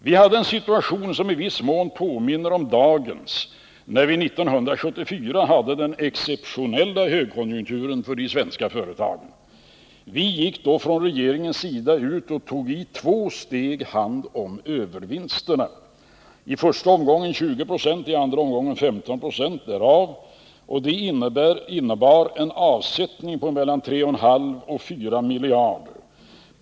Vi hade en situation som i viss mån påminner om dagens när vi 1974 hade den exceptionella högkonjunkturen för de svenska företagen. Vi gick då från regeringens sida ut och tog i två steg hand om övervinsterna, i första omgången 20 26 och i andra omgången 15 96 av dem. Det innebar en avsättning på mellan 3,5 och 4 miljarder.